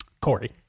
Corey